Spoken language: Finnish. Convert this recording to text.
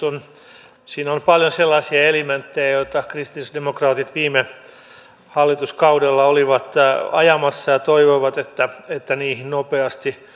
tässä kokonaisesityksessä on paljon sellaisia elementtejä joita kristillisdemokraatit viime hallituskaudella olivat ajamassa ja toivoivat että niihin nopeasti puututtaisiin